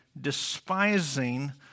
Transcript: despising